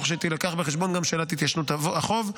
תוך שתילקח בחשבון גם שאלת התיישנות החוב.